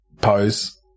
pose